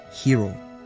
Hero